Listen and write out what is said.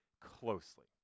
closely